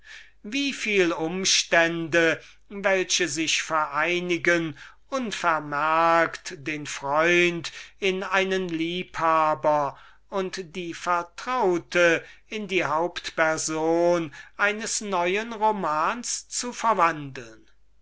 seite wie viel umstände welche sich vereinigen unvermerkt den freund in einen liebhaber und die vertraute in die hauptperson eines neuen romans zu verwandeln